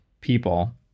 people